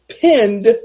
pinned